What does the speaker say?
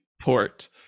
port